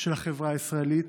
של החברה הישראלית,